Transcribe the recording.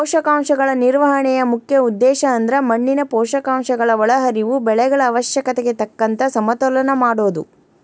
ಪೋಷಕಾಂಶಗಳ ನಿರ್ವಹಣೆಯ ಮುಖ್ಯ ಉದ್ದೇಶಅಂದ್ರ ಮಣ್ಣಿನ ಪೋಷಕಾಂಶಗಳ ಒಳಹರಿವು ಬೆಳೆಗಳ ಅವಶ್ಯಕತೆಗೆ ತಕ್ಕಂಗ ಸಮತೋಲನ ಮಾಡೋದು